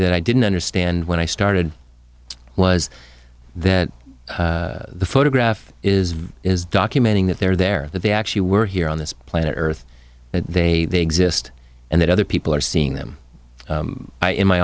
that i didn't understand when i started was that the photograph is is documenting that they're there that they actually were here on this planet earth they exist and that other people are seeing them i in my